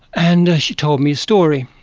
and she told me a story.